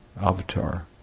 avatar